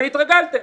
אבל התרגלתם.